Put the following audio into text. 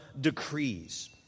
decrees